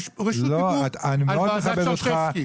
אני מאוד מכבד אותך,